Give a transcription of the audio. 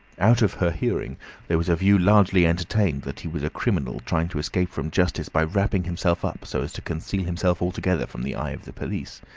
out of her hearing there was a view largely entertained that he was a criminal trying to escape from justice by wrapping himself up so as to conceal himself altogether from the eye of the police.